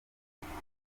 ntabwo